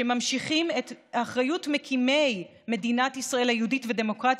אחריות מקימי מדינת ישראל היהודית והדמוקרטית,